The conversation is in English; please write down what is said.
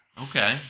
Okay